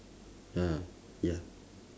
ah ya